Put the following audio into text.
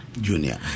Junior